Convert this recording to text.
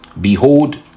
behold